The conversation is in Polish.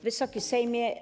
Wysoki Sejmie!